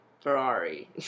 Ferrari